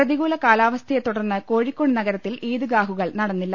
പ്രതികൂല കാലാവ സ്ഥയെ തുടർന്ന് കോഴിക്കോട് നഗരത്തിൽ ഈദ്ഗാഹുകൾ നടന്നില്ല